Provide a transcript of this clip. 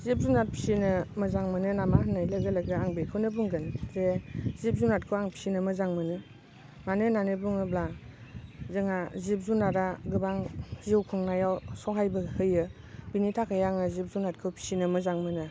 जिब जिनार फिसिनो मोजां मोनो नामा होनाय लोगो लोगो आं बेखौनो बुंगोन जे जिब जुनारखौ आं फिसिनो मोजां मोनो मानो होननानै बुङोब्ला जोंहा जिब जुनारा गोबां जिउ खुंनायाव सहायबो होयो बिनि थाखाय आङो जिब जुनारखौ फिसिनो मोजां मोनो